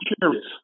curious